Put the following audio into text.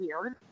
weird